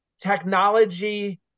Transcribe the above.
technology